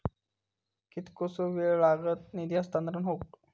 कितकोसो वेळ लागत निधी हस्तांतरण हौक?